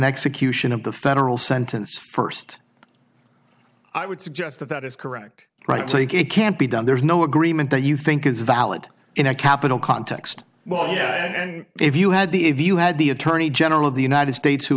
execution of the federal sentence first i would suggest that that is correct right take it can't be done there's no agreement that you think is valid in a capital context well yeah and if you had the if you had the attorney general of the united states who